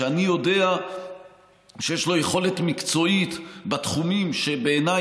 שאני יודע שיש לו יכולת מקצועית בתחומים שבעיניי